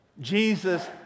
Jesus